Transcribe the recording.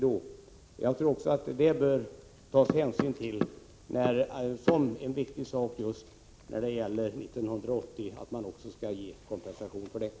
Vi bör också ta hänsyn till en så viktig sak och se till att kompensation ges för förluster under 1980.